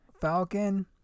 falcon